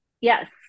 yes